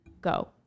go